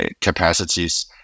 capacities